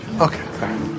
Okay